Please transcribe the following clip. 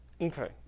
Okay